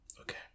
Okay